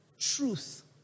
Truth